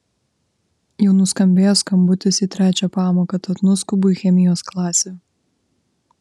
jau nuskambėjo skambutis į trečią pamoką tad nuskubu į chemijos klasę